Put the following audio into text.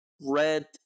red